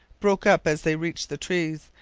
broke up as they reached the trees,